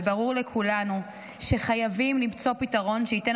וברור לכולנו שחייבים למצוא פתרון שייתן